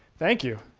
thank you.